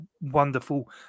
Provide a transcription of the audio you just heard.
wonderful